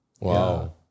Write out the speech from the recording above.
Wow